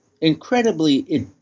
incredibly